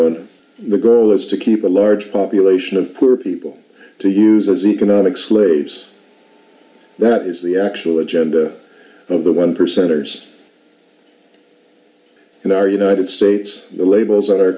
the goal is to keep a large population of poor people to use as economic slaves that is the actual agenda of the one percenters in our united states the labels on our